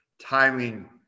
timing